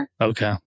Okay